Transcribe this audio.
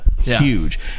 Huge